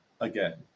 again